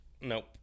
Nope